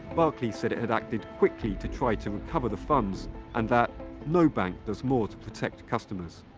barclays said it had acted quickly to try to recover the funds and that no bank does more to protect customers.